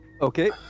Okay